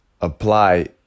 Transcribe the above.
apply